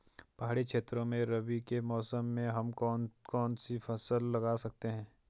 पहाड़ी क्षेत्रों में रबी के मौसम में हम कौन कौन सी फसल लगा सकते हैं?